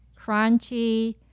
crunchy